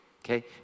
okay